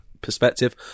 perspective